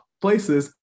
places